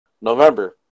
November